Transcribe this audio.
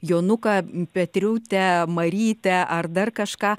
jonuką petriutę marytę ar dar kažką